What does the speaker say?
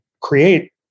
create